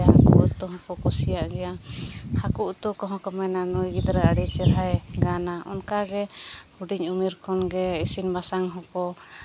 ᱦᱟᱹᱠᱩ ᱩᱛᱩ ᱦᱚᱸᱠᱚ ᱠᱩᱥᱤᱭᱟᱜ ᱜᱮᱭᱟ ᱦᱟᱹᱠᱩ ᱩᱛᱩ ᱠᱚᱦᱚᱸ ᱠᱚ ᱢᱮᱱᱟ ᱱᱩᱭ ᱜᱤᱫᱽᱨᱟᱹ ᱟᱹᱰᱤ ᱪᱮᱦᱨᱟᱭ ᱜᱟᱱᱟ ᱚᱱᱠᱟᱜᱮ ᱦᱩᱰᱤᱧ ᱩᱢᱮᱨ ᱠᱷᱚᱱ ᱜᱮ ᱤᱥᱤᱱ ᱵᱟᱥᱟᱝ ᱦᱚᱸᱠᱚ